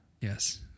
Yes